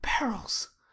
barrels